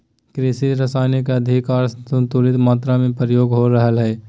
कृषि रसायन के अधिक आर असंतुलित मात्रा में प्रयोग हो रहल हइ